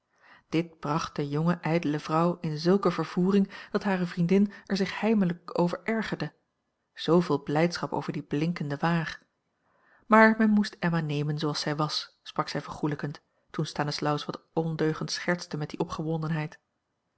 dit bracht de jonge ijdele vrouw in zulke vervoering dat hare vriendin er zich heimelijk over ergerde zooveel blijdschap over die blinkende waar maar men moest emma nemen zooals zij was sprak zij vergoelijkend toen stanislaus wat ondeugend schertste met die